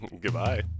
Goodbye